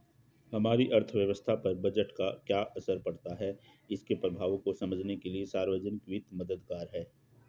हमारी अर्थव्यवस्था पर बजट का क्या असर पड़ सकता है इसके प्रभावों को समझने के लिए सार्वजिक वित्त मददगार है